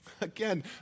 Again